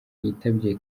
yitabye